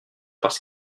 parce